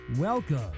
Welcome